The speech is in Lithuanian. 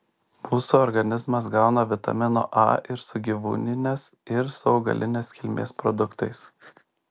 mūsų organizmas gauna vitamino a ir su gyvūninės ir su augalinės kilmės produktais